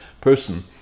person